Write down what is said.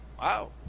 Wow